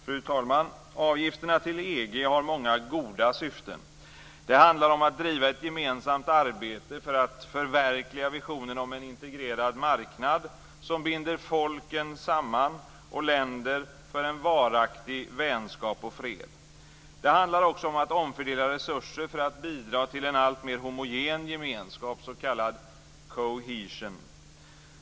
Fru talman! Avgifterna till EG har många goda syften. Det handlar om att driva ett gemensamt arbete för att förverkliga visionen om en integrerad marknad som binder folken och länderna samman för en varaktig vänskap och fred. Det handlar också om att omfördela resurser för att bidra till en alltmer homogen gemenskap, s.k. cohesion.